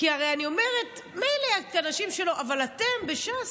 כי אני אומרת, מילא האנשים שלו, אבל אתם בש"ס?